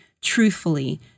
truthfully